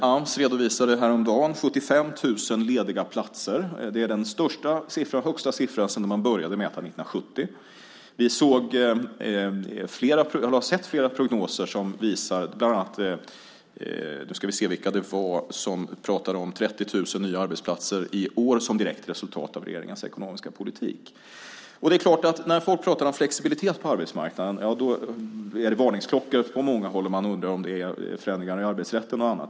Ams redovisade häromdagen 75 000 lediga platser. Det är den högsta siffran sedan man började mäta 1970. Vi har sett flera prognoser som visar 30 000 nya arbetsplatser i år som ett direkt resultat av regeringens ekonomiska politik. När folk pratar om flexibilitet på arbetsmarknaden ringer det varningsklockor på många håll. Man undrar om det handlar om förändringar i arbetsrätten.